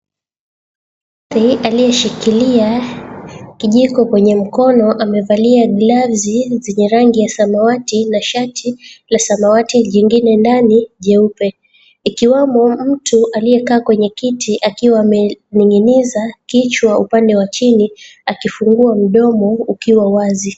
Mtu aliyeshikilia kijiko kwenye mkono amevalia glavu zenye rangi ya samawati na shati la samawati jingine ndani jeupe, ikiwamo mtu aliyekaa kwenye kiti akiwa amenin'giniza kichwa upande wa chini akifunga mdomo ukiwa wazi.